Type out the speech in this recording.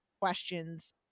questions